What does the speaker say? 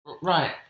Right